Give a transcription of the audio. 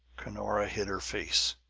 cunora hid her face.